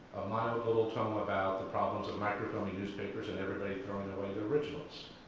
mild little tone about the problems of microfilming newspapers and everybody throwing away their originals.